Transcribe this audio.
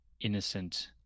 innocent